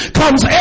comes